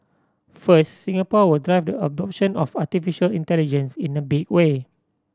first Singapore will drive the adoption of artificial intelligence in a big way